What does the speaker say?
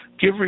give